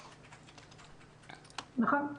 נכון.